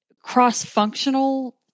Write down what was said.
cross-functional